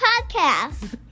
podcast